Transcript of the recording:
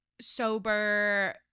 sober